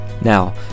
Now